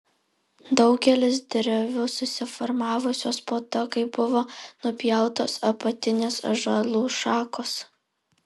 daugelis drevių susiformavusios po to kai buvo nupjautos apatinės ąžuolų šakos